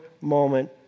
moment